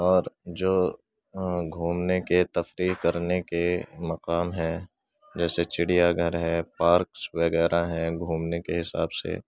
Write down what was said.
اور جو گھومنے کے تفریح کرنے کے مقام ہیں جیسے چڑیا گھر ہے پارکس وغیرہ ہیں گھومنے کے حساب سے